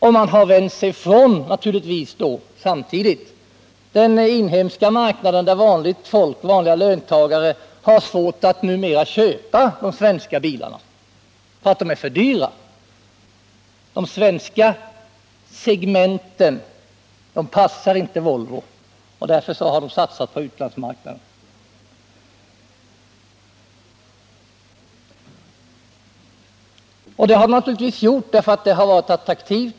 Naturligtvis har man samtidigt vänt sig från den inhemska marknaden, där vanliga löntagare numera har svårt att köpa de svenska bilarna därför att de är för dyra. De svenska segmenten passar inte Volvo, och därför har man satsat på utlandsmarknaden. Det har man naturligtvis gjort därför att den har varit attraktiv.